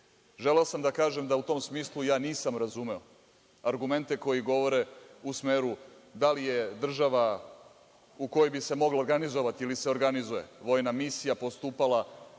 sam da kažem da u tom smislu nisam razumeo argumente koji govore u smeru da li je država u kojoj bi se moglo organizovati ili se organizuje vojna misija, postupala